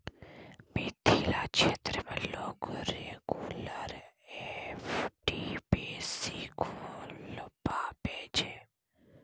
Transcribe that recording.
मिथिला क्षेत्र मे लोक रेगुलर एफ.डी बेसी खोलबाबै छै